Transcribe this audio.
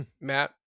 Matt